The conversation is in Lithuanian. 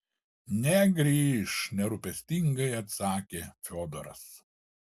negrįš nerūpestingai atsakė fiodoras